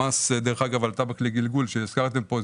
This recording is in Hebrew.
המס על טבק לגלגול שהזכרתם כאן,